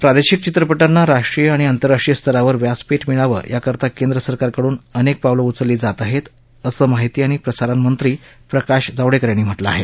प्रादेशिक चित्रपटांना राष्ट्रीय आणि आंतरराष्ट्रीय स्तरावर व्यासपीठ मिळावं याकरता केंद्र सरकारकडून अनेक पावलं उचलली जात आहेत असं माहिती आणि प्रसारणमंत्री प्रकाश जावडेकर यांनी म्हटलं आहे